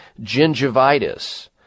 gingivitis